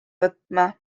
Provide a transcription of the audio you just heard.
võtma